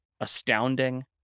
astounding